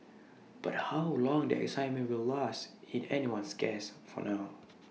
but how long the excitement will last in anyone's guess for now